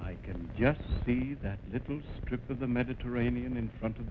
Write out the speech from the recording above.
i can just see that little strip of the mediterranean in front of